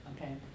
okay